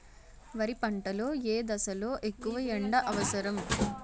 వరి పంట లో ఏ దశ లొ ఎక్కువ ఎండా అవసరం?